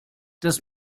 das